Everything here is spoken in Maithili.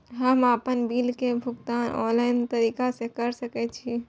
हम आपन बिल के भुगतान ऑनलाइन तरीका से कर सके छी?